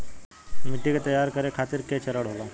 मिट्टी के तैयार करें खातिर के चरण होला?